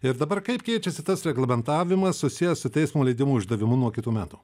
ir dabar kaip keičiasi tas reglamentavimas susijęs su teismo leidimų išdavimu nuo kitų metų